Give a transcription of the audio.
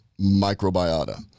microbiota